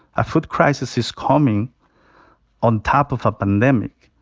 a food crisis is coming on top of a pandemic.